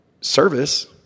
service